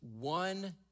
one